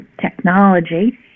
technology